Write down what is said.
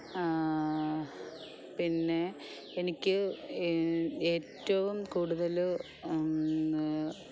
പിന്നെ എനിക്ക് ഏറ്റവും കൂടുതൽ